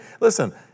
Listen